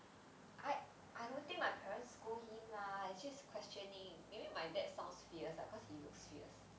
I I don't think my parents scold him lah it's just questioning maybe my dad sounds fierce lah cause he looks fierce